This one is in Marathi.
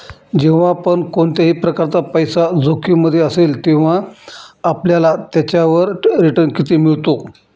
जेव्हा पण कोणत्याही प्रकारचा पैसा जोखिम मध्ये असेल, तेव्हा आपल्याला त्याच्यावर रिटन किती मिळतो?